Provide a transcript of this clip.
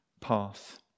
path